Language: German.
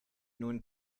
nun